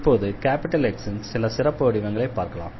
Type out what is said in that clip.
இப்போது X ன் சில சிறப்பு வடிவங்களைப் பார்க்கலாம்